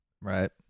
Right